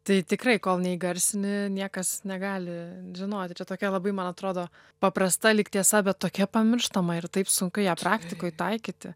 tai tikrai kol neįgarsini niekas negali žinoti čia tokia labai man atrodo paprasta lyg tiesa bet tokia pamirštama ir taip sunku ją praktikoje taikyti